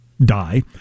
die